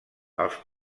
els